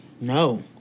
No